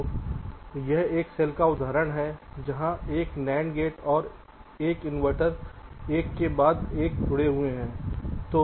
तो यह एक सेल का उदाहरण है जहां एक NAND गेट और एक इन्वर्टर एक के बाद एक जुड़े हुए हैं